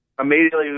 immediately